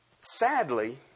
Sadly